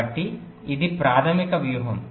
కాబట్టి ఇది ప్రాథమిక వ్యూహం